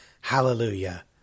Hallelujah